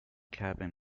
cabin